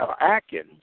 Atkins